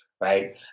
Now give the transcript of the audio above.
Right